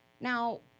Now